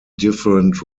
different